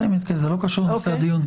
זה לא קשור לנושא הדיון.